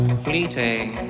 fleeting